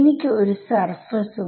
അടുത്ത term minus ആയിരിക്കും